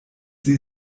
sie